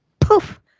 poof